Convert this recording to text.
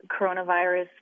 coronavirus